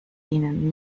ihnen